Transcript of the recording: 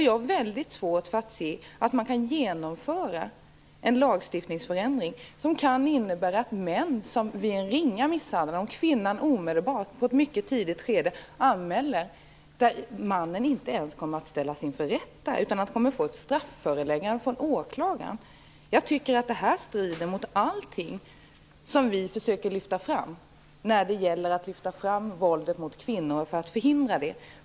Jag har svårt att se att det går att genomföra en förändring i en lagstiftning som kan innebära att män vid en ringa misshandel, som anmäls av kvinnan i ett tidigt skede, inte kommer att ställas inför rätta utan i stället får ett strafföreläggande från åklagaren. Det strider mot allt som vi försöker förhindra våld mot kvinnor.